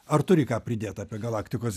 ar turi ką pridėt apie galaktikos